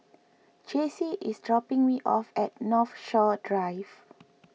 Jaycee is dropping me off at Northshore Drive